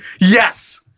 yes